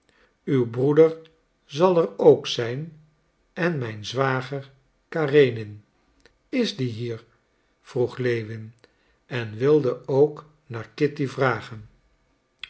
uw broeder zal er ook zijn en mijn zwager karenin is die hier vroeg lewin en wilde ook naar kitty vragen